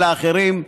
ולאחרים: